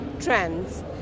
trends